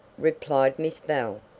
replied miss bell,